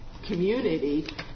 community